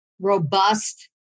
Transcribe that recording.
robust